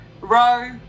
row